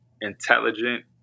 intelligent